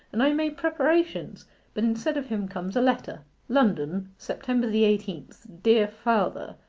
and i made preparations but instead of him comes a letter london, september the eighteenth, dear father,